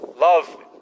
love